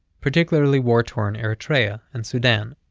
particularly war-torn eritrea and sudan.